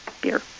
beer